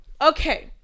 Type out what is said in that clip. Okay